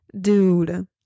dude